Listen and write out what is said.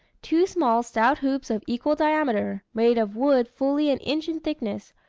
two small stout hoops of equal diameter, made of wood fully an inch in thickness,